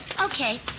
Okay